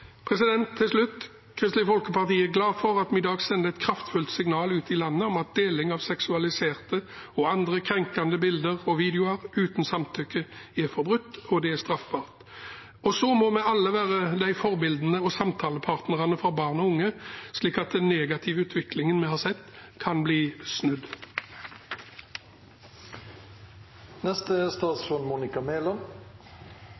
Til slutt: Kristelig Folkeparti er glad for at vi i dag sender et kraftfullt signal ut i landet om at deling av seksualiserte og andre krenkende bilder og videoer uten samtykke er forbudt og straffbart. Så må vi alle være forbilder og samtalepartnere for barn og unge, slik at den negative utviklingen vi har sett, kan bli snudd. Deling av intime og andre krenkende bilder uten samtykke er